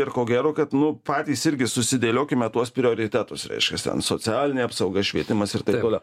ir ko gero kad nu patys irgi susidėliokime tuos prioritetus reiškias ten socialinė apsauga švietimas ir taip toliau